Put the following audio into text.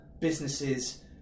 businesses